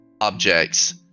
objects